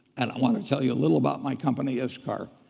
and i wanna tell you a little about my company iscar.